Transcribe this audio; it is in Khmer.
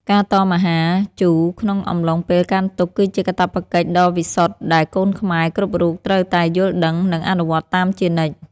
ការតមអាហារជូរក្នុងអំឡុងពេលកាន់ទុក្ខគឺជាកាតព្វកិច្ចដ៏វិសុទ្ធដែលកូនខ្មែរគ្រប់រូបត្រូវតែយល់ដឹងនិងអនុវត្តតាមជានិច្ច។